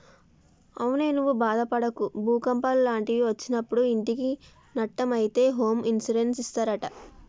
అవునే నువ్వు బాదపడకు భూకంపాలు లాంటివి ఒచ్చినప్పుడు ఇంటికి నట్టం అయితే హోమ్ ఇన్సూరెన్స్ ఇస్తారట